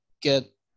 get